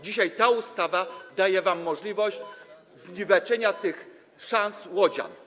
Dzisiaj ta ustawa daje wam możliwość zniweczenia tych szans, wysiłku łodzian.